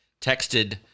texted